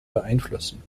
beeinflussen